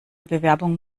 bewerbung